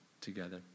together